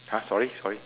!huh! sorry sorry